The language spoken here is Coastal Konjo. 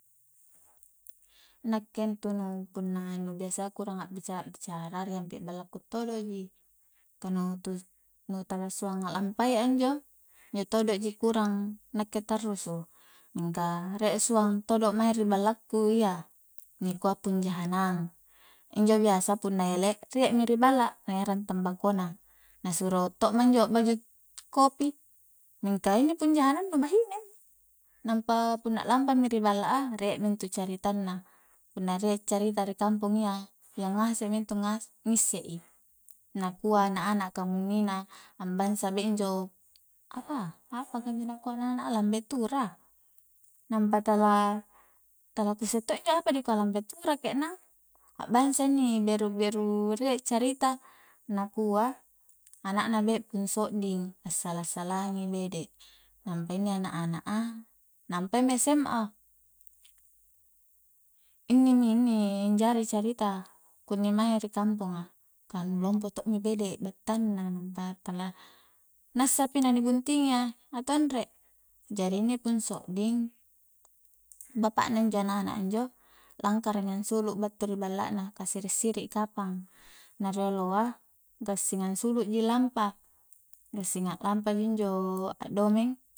Nakke intu punna nu biasayya ku urang a'bica-bicara ri ampi balla ku todo ji ka nu tu tala suang a'lampai a injo, injo todo ji ku urang nakke tarrusu, mingka rie suang todo' mae ri ballaku iya ni kua pung jahanang, injo biasa punna ele' rie mi ri balla na erang tambako na, na suro to'ma injo akbaju kopi mingka inni pung jahanang nu bahine inni nampa punna lampa mi ri balla a rie mintu caritanna punna rie carita ri kampong iya iya ngasekmi intu ngisse i nakua ana'-ana' a kamunnina a'bangsa be' injo apa apaka nakua injo ana'-ana' a lambe turah nampa tala tala ku isse to injo apa dikua lambe turah ke'nang, a'bangsa inni beru-beru rie carita nakua ana'na be' pung sodding assala-salangi bede nampa inni ana'-ana' a nampai mi sma inni-ni-inni anjari carita kunni mae ri kamponga ka nu lompo todomi bede' battang na nampa tala nassapi na ni buntingi atau anre, jari inni pung sodding bapakna injo ana'-ana' a injo langkara mi ansulu battu ri balla na ka sir'siri' i kapang, na rioloa gassing ansulu ji lampa gassing a'lampa ji injo a' domeng